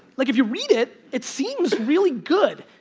like if you read it, it seems really good,